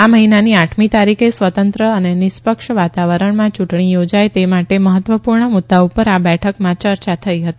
આ મહિનાની આઠમી તારીખે સ્વતંત્ર અને નિષ્પક્ષ વાતાવરણમાં યુંટણી યોજાય તે માટે મહત્વપુર્ણ મુદ્દા પર આ બેઠકમાં ચર્ચા થઇ હતી